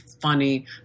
funny